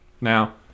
now